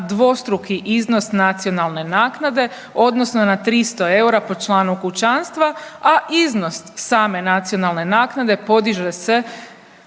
dvostruki iznos nacionalne naknade odnosno na 300 eura po članu kućanstva, a iznos same nacionalne naknade podiže se